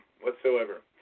whatsoever